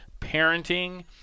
parenting